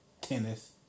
tennis